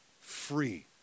free